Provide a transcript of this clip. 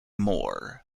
moore